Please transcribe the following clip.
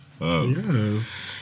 Yes